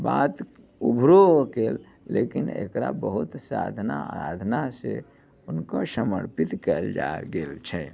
बात उभरो कयल लेकिन एकरा बहुत साधना अराधनासँ हुनका समर्पित कयल जा गेल छै